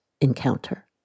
encounter